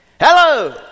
hello